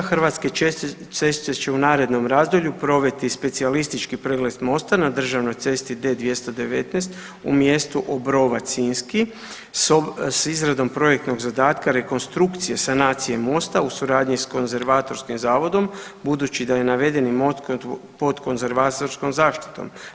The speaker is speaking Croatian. Hrvatske ceste će u narednom razdoblju provesti specijalistički pregled mosta na državnoj cesti D219 u mjestu Obrovac Sinjski s izradom projektnog zadatka rekonstrukcije sanacije mosta u suradnji sa Konzervatorskim zavodom budući da je navedeni most pod konzervatorskom zaštitom.